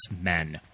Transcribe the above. men